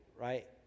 right